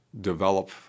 develop